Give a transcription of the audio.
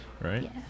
Right